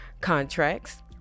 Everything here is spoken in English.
contracts